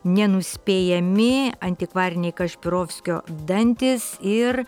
nenuspėjami antikvariniai kašpirovskio dantys ir